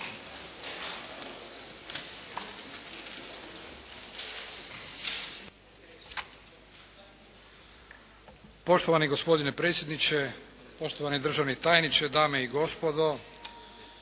Poštovani gospodine predsjedniče, poštovani državni tajniče, dame i gospodo.